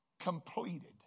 completed